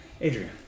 adrian